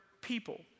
people